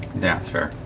yeah, it's fair.